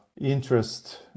interest